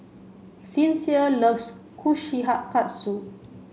Sincere loves